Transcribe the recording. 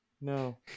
No